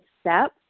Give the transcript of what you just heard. step